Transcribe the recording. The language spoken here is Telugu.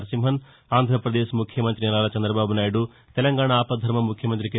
నరసింహన్ ఆంధ్రాపదేశ్ ముఖ్యమంతి నారా చంద్రబాబు నాయుదు తెలంగాణ ఆపద్దర్మ ముఖ్యమంతి కె